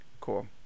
cool